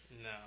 No